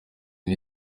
ine